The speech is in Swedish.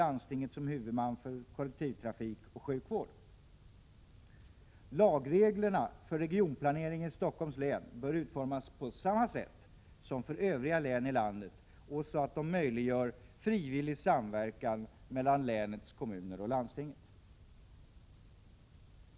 landstinget som huvudman för kollektivtrafik och sjukvård. Lagreglerna för regionplanering i Stockholms län bör utformas på samma sätt som för övriga län i landet och så att de möjliggör frivillig samverkan mellan länets kommuner och landstinget.